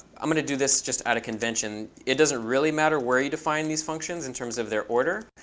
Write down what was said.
i'm going to do this just out of convention. it doesn't really matter where you define these functions in terms of their order.